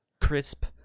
Crisp